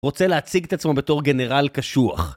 רוצה להציג את עצמו בתור גנרל קשוח